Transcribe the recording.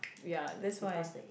ya that's why